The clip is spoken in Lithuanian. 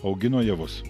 augino javus